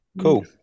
Cool